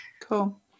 Cool